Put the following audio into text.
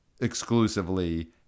exclusively